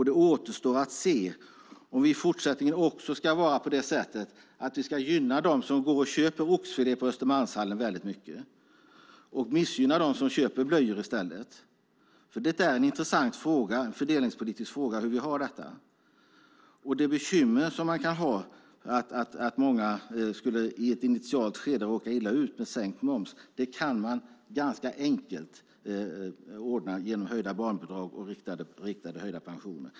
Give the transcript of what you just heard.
Det återstår att se om vi även i fortsättningen ska gynna dem som köper oxfilé i Östermalmshallen här i Stockholm och missgynna dem som köper blöjor. Hur vi har detta är en intressant fördelningspolitisk fråga. De bekymmer man kan ha om att många i ett initialt skede skulle råka illa ut med sänkt moms kan vi ganska enkelt ordna genom höjda barnbidrag och höjda riktade pensioner.